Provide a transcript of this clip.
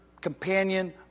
companion